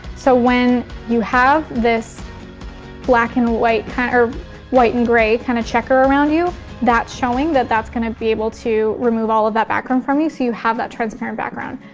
so when you have this black and white or white and gray kind of checker around you that's showing that that's gonna be able to remove all of that background from you so you have that transparent background.